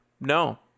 no